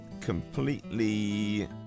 completely